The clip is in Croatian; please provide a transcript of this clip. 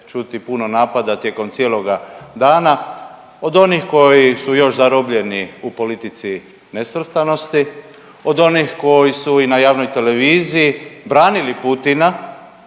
čuti puno napada tijekom cijeloga dana od onih koji su još zarobljeni u politici nesvrstanosti, od onih koji su i na javnoj televiziji branili Putina,